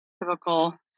typical